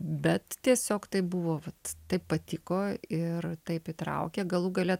bet tiesiog taip buvo vat taip patiko ir taip įtraukė galų gale